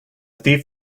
thief